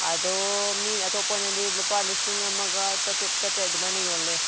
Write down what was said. ꯑꯗꯣ ꯃꯤ ꯑꯇꯣꯞꯄꯅꯗꯤ ꯂꯨꯄꯥ ꯂꯤꯁꯤꯡ ꯑꯃꯒ ꯆꯥꯇꯔꯨꯛ ꯆꯥꯇꯔꯦꯠ ꯑꯗꯨꯃꯥꯏꯅ ꯌꯣꯜꯂꯦ